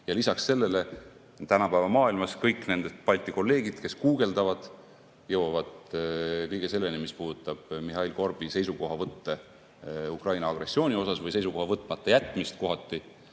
Ja lisaks sellele, tänapäeva maailmas, kõik Balti kolleegid, kes guugeldavad, jõuavad kõige selleni, mis puudutab Mihhail Korbi seisukohavõtte Ukraina agressiooni kohta või kohati seisukoha võtmata jätmist, kuni